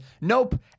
nope